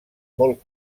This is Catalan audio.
molt